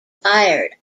fired